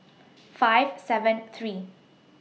five seven three